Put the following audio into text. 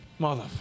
Motherfucker